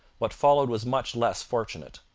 what followed was much less fortunate.